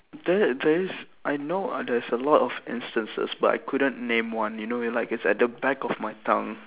there there is I know there's a lot of instances but I couldn't name one you know like it's at the back of my tongue